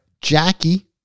Jackie